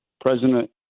President